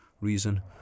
reason